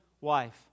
wife